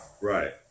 Right